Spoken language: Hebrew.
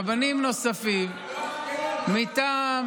רבנים נוספים מטעם,